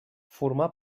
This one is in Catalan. formà